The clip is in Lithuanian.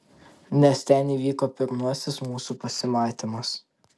nes ten įvyko pirmasis mūsų pasimatymas